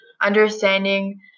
understanding